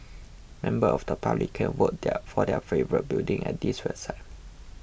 members of the public can vote their for their favourite building at this website